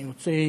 אני רוצה